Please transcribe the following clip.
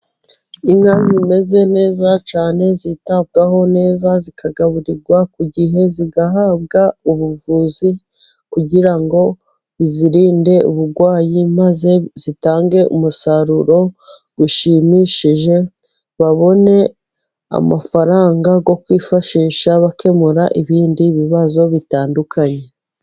Inka zimeze neza cyane ,zitabwaho neza zikagaburirwa ku gihe, zigahabwa ubuvuzi ,kugira ngo buzirinde uburwayi maze, zitange umusaruro ushimishije babone amafaranga yo kwifashisha bakemura ibindi bibazo bitandukanye.